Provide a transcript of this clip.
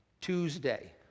Tuesday